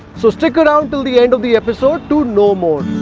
so stick around till the end of the episode to know more.